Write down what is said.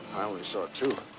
i only saw two.